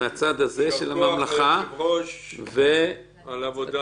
יישר כוח ליושב-ראש על העבודה הנאמנה.